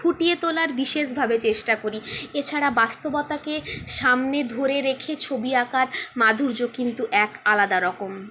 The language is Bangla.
ফুটিয়ে তোলার বিশেষভাবে চেষ্টা করি এছাড়া বাস্তবতাকে সামনে ধরে রেখে ছবি আঁকার মাধুর্য কিন্তু এক আলাদা রকম